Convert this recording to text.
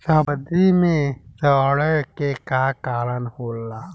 सब्जी में सड़े के का कारण होला?